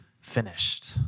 finished